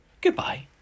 Goodbye